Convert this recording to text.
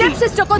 um sister. but